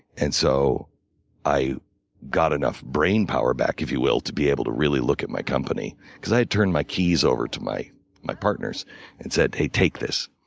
and so i got enough brain power back, if you will, to be able to really look at my company. because i had turned my keys over to my my partners and said hey, take this.